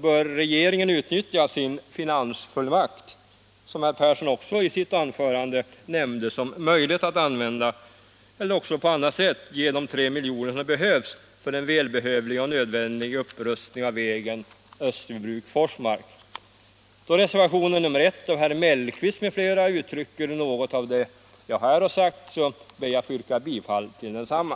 bör regeringen utnyttja sin finansfullmakt — som herr Persson också i sitt anförande nämnt som möjligt att använda — eller på annat sätt ge de 3 miljoner som behövs för en välbehövlig och nödvändig upprustning av vägen Österbybruk-Forsmark. Då reservationen 1 av herr Mellqvist m.fl. uttrycker något av det jag här har sagt, ber jag att få yrka bifall till densamma.